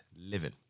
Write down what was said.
living